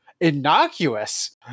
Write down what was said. innocuous